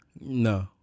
No